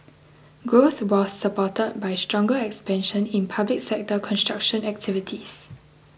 growth was supported by stronger expansion in public sector construction activities